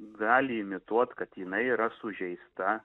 gali imituot kad jinai yra sužeista